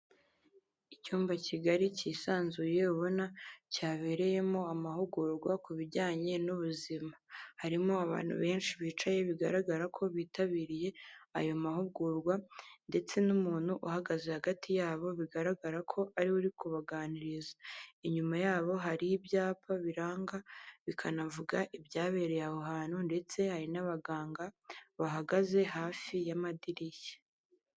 Icyumba kigali cyisanzuye ubona cyabereyemo amahugurwa ku bijyanye n'ubuzima harimo abantu benshi bicaye bigaragara ko bitabiriye ayo mahugurwa ndetse n'umuntu uhagaze hagati yabo bigaragara ko ariwe uri kubaganiriza inyuma yabo hari ibyapa biranga bikanavuga ibyabereye aho hantu ndetse hari n'abaganga bahagaze hafi y'amadirishya.